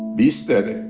be steady.